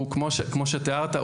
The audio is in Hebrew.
כמו שאתה תיארת,